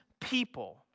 people